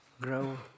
grow